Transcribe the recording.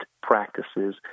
practices